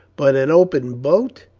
but an open boat!